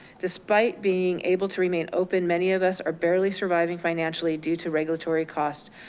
despite being able to remain open, many of us are barely surviving financially due to regulatory cost,